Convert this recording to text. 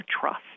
trust